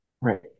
Right